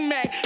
Mac